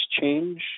change